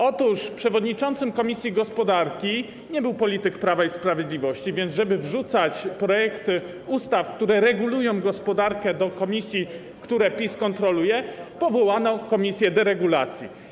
Otóż przewodniczącym komisji gospodarki nie był polityk Prawa i Sprawiedliwości, więc żeby wrzucać projekty ustaw, które regulują gospodarkę, do komisji, które PiS kontroluje, powołano komisję deregulacji.